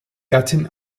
gattin